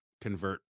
convert